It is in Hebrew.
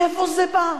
מאיפה זה בא?